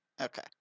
Okay